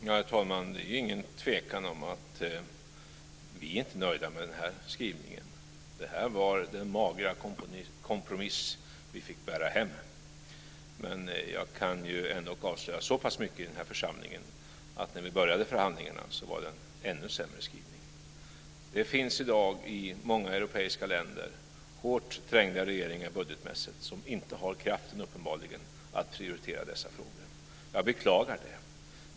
Herr talman! Det är ingen tvekan om att vi inte är nöjda med skrivningen. Det var den magra kompromiss vi fick bära hem. Jag kan ändock avslöja så pass mycket i den här församlingen att när vi började förhandlingarna var det en ännu sämre skrivning. Det finns i dag i många europeiska länder budgetmässigt hårt trängda regeringar som uppenbarligen inte har kraften att prioritera dessa frågor. Jag beklagar det.